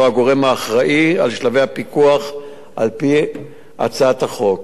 הגורם האחראי לשלבי הפיקוח על-פי הצעת החוק.